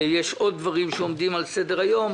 יש עוד דברים שעומדים על סדר היום.